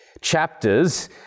chapters